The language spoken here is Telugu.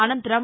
అనంతరం